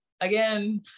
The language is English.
again